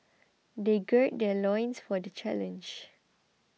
they gird their loins for the challenge